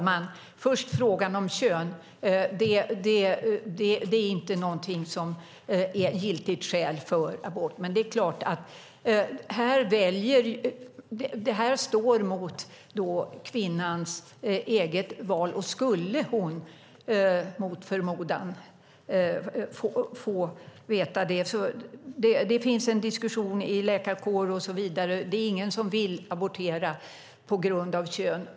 Herr talman! Kön är inte giltigt skäl för abort. Men detta står mot kvinnans eget val. Det förs en diskussion om detta inom läkarkåren. Ingen vill abortera på grund av kön.